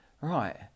right